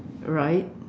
right